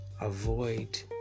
avoid